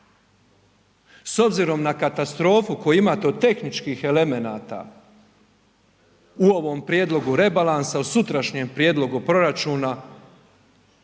S obzirom na katastrofu koju imate od tehničkih elemenata u ovom prijedlogu rebalansa u sutrašnjem prijedlogu proračuna,